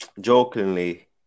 jokingly